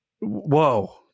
Whoa